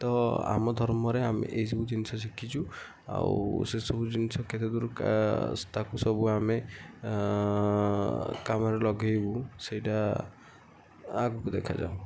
ତ ଆମ ଧର୍ମରେ ଆମେ ଏଇ ସବୁ ଜିନିଷ ଶିଖିଛୁ ଆଉ ସେ ସବୁ ଜିନିଷ କେତେ ଦୂର ତାକୁ ସବୁ ଆମେ କାମରେ ଲଗାଇବୁ ସେଇଟା ଆଗକୁ ଦେଖାଯାଉ